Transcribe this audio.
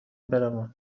بروم